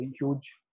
huge